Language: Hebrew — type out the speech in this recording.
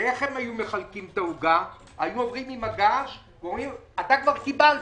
היו עוברים עם מגש, ואומרים: אתה כבר קיבלת.